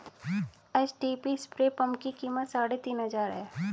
HTP spray pump की कीमत साढ़े तीन हजार है